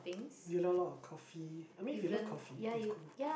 you learn a lot of coffee I mean if you love coffee is good